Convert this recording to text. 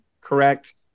correct